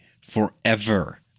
forever